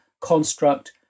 construct